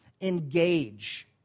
Engage